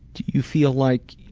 do you feel like